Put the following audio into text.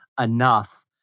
enough